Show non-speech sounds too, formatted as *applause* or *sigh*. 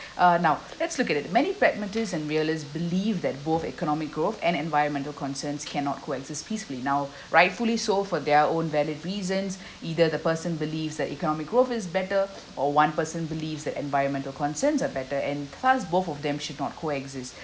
uh now let's look at it many pragmatists and realists believe that both economic growth and environmental concerns cannot co-exist peacefully now *breath* rightfully so for their own valid reasons either the person believes that economic growth is better or one person believes that environmental concerns are better and thus both of them should not coexist